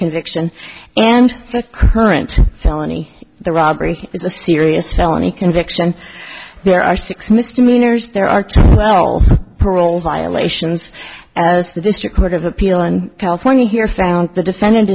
conviction and current felony the robbery is a serious felony conviction there are six misdemeanors there are parole violations as the district court of appeal in california here found the defendant